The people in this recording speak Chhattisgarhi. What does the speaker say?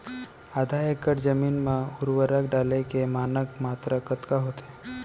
आधा एकड़ जमीन मा उर्वरक डाले के मानक मात्रा कतका होथे?